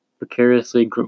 precariously